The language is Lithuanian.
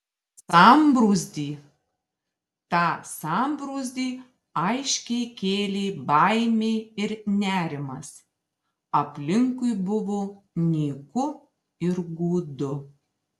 sambrūzdį tą sambrūzdį aiškiai kėlė baimė ir nerimas aplinkui buvo nyku ir gūdu